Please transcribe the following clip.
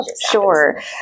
Sure